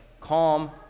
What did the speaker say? calm